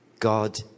God